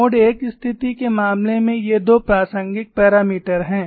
mode I स्थिति के मामले में ये 2 प्रासंगिक मापदण्ड हैं